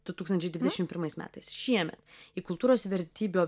du tūkstančiai dvidešim pirmais metais šiemet į kultūros vertybių